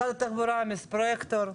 משרד התחבורה, פרויקטור.